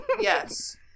Yes